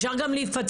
אפשר גם להיפצע.